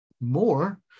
more